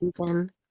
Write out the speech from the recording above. season